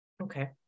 Okay